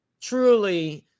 truly